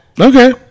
Okay